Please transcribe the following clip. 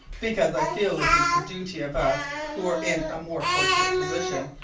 because i feel it is the duty of us who are in a more fortunate position,